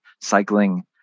cycling